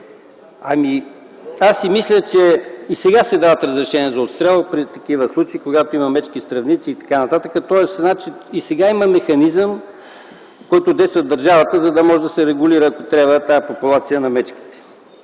земеделието. Мисля, че и сега се дават разрешения за отстрел при такива случаи – когато има мечки-стръвници, тоест и сега има механизъм, който действа в държавата, за да може да се регулира, ако трябва, тази популация на мечките.